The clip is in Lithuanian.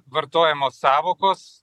vartojamos sąvokos